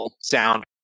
sound